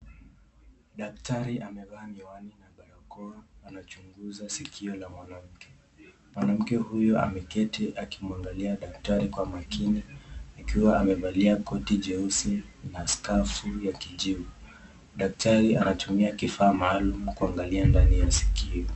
Daktari amevaa miwani na barakoa. Anachunguza sikio la mwanamke. Mwanamke huyu ameketi akimwangalia daktari kwa makini akiwa amevalia koti jeusi na skafu ya kijifu. Daktari anatumia kifaa maalum kuangalia ndani ya sikio.